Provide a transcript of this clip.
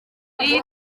iyi